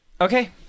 Okay